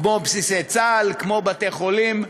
כמו בסיסי צה"ל וכמו בתי-חולים.